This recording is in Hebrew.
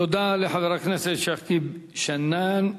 תודה לחבר הכנסת שכיב שנאן.